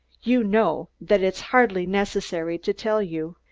you know that it's hardly necessary to tell you.